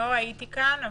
לא הייתי כאן,